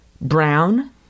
brown